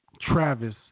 Travis